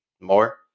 more